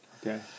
okay